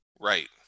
Right